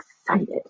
excited